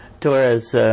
Torres